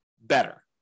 better